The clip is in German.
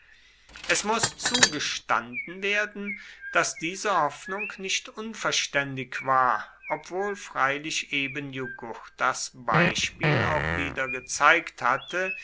es muß zugestanden werden daß diese hoffnung nicht unverständig war obwohl freilich eben jugurthas beispiel auch wieder gezeigt hatte